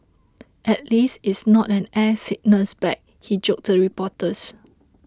at least it's not an air sickness bag he joked to reporters